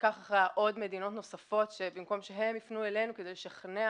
אחריה עוד מדינות נוספות שבמקום שהן יפנו אלינו כדי לשכנע